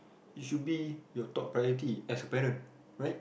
it should be your top priority as a parent right